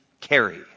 carry